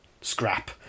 scrap